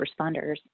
responders